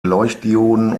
leuchtdioden